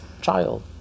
child